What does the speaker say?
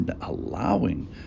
allowing